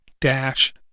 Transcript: Dash